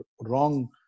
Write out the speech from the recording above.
wrong